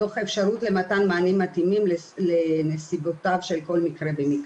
תוך אפשרות למתן מענים מתאימים לנסיבותיו של כל מקרה ומקרה.